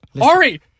Ari